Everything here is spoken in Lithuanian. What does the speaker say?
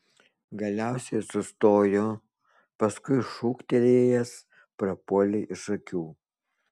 galiausiai sustojo paskui šūktelėjęs prapuolė iš akių